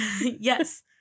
Yes